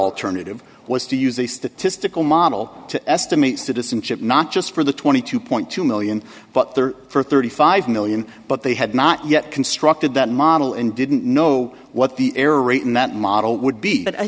alternative was to use a statistical model to estimate citizenship not just for the twenty two point two million but there for thirty five million but they had not yet constructed that model and didn't know what the error rate in that model would be but i